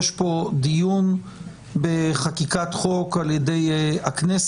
יש פה דיון בחקיקת חוק על ידי הכנסת,